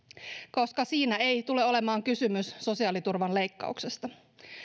koska siinä ei tule olemaan kysymys sosiaaliturvan leikkauksesta